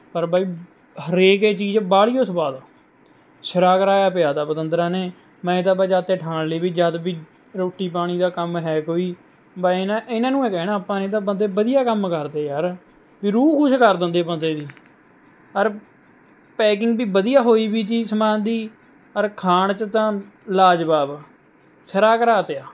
ਪਰ ਬਾਈ ਹਰੇਕ ਹੀ ਚੀਜ਼ ਬਾਹਲੀ ਉਹ ਸਵਾਦ ਹੈ ਸਿਰਾ ਕਰਾਇਆ ਪਿਆ ਤਾ ਪਤੰਦਰਾਂ ਨੇ ਮੈਂ ਤਾਂ ਜਦੋਂ ਤੋਂ ਠਾਣ ਲਈ ਵੀ ਜਦੋਂ ਵੀ ਰੋਟੀ ਪਾਣੀ ਦਾ ਕੰਮ ਹੈ ਕੋਈ ਬਸ ਇਹਨਾਂ ਇਹਨਾਂ ਨੂੰ ਹੀ ਕਹਿਣਾ ਆਪਾਂ ਨੇ ਬੰਦੇ ਵਧੀਆ ਕੰਮ ਕਰਦੇ ਯਾਰ ਵੀ ਰੂਹ ਖੁਸ਼ ਕਰ ਦਿੰਦੇ ਬੰਦੇ ਦੀ ਔਰ ਪੈਕਿੰਗ ਵੀ ਵਧੀਆ ਹੋਈ ਵੀ ਤੀ ਸਮਾਨ ਦੀ ਔਰ ਖਾਣ 'ਚ ਤਾਂ ਲਾਜਵਾਬ ਸਿਰਾ ਕਰਾ ਤਿਆ